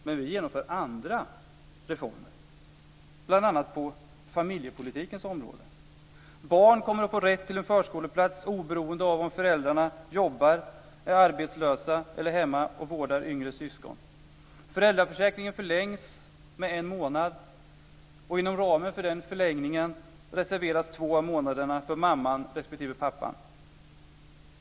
Men vi har andra reformer, bl.a. på familjepolitikens område. Barn kommer att få rätt till en förskoleplats oberoende av om föräldrarna jobbar, är arbetslösa eller är hemma och vårdar yngre syskon. Inom ramen för den förlängningen reserveras två av månaderna för mamman respektive pappan.